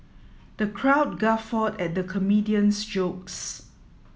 the crowd guffawed at the comedian's jokes